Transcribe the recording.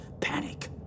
panic